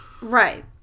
Right